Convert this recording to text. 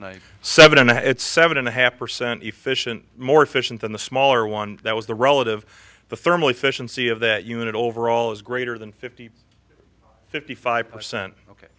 a seven and it's seven and a half percent efficient more efficient than the smaller one that was the relative the thermal efficiency of that unit overall is greater than fifty fifty five percent ok